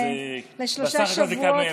אבל בסך הכול זה כמה ימים.